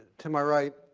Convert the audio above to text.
to my right,